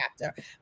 chapter